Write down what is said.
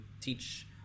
teach